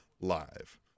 live